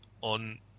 on